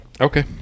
Okay